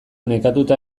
nekatuta